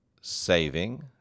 saving